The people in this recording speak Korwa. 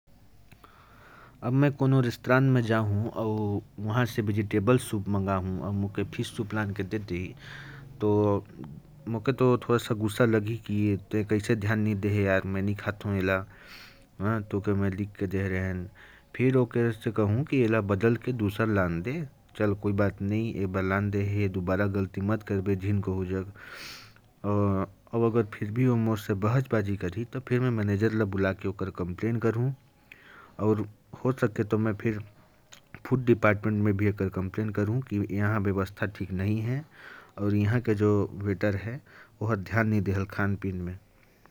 अब, अगर मैं किसी रेस्टोरेंट में जाऊं और वहां वेजिटेबल सूप के बजाय फिश सूप ला दिया जाए, तो मैं थोड़ा गुस्सा करूंगा। और उन्हें एक मौका और दूंगा कि इसे बदल कर लाएं। अगर मेरे साथ बहस की तो, मैं मैनेजर को बुलाकर उनकी शिकायत करूंगा। अगर बात ज्यादा बढ़ी, तो फूड डिपार्टमेंट को भी शिकायत करूंगा कि इस होटल की व्यवस्था ठीक नहीं है।